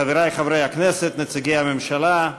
חברי חברי הכנסת, נציגי הממשלה,